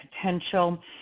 potential